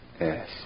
Yes